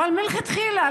אבל מלכתחילה,